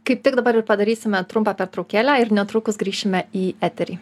kaip tik dabar ir padarysime trumpą pertraukėlę ir netrukus grįšime į eterį